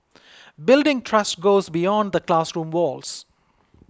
building trust goes beyond the classroom walls